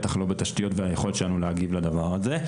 בטח לא בתשתיות והיכולת שלנו להגיב לדבר הזה.